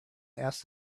asked